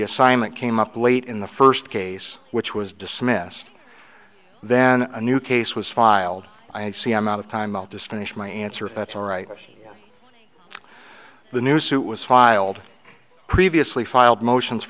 the assignment came up late in the first case which was dismissed then a new case was filed i have cme out of time i'll just finish my answer if that's all right the new suit was filed previously filed motions